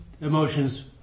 emotions